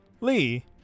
Lee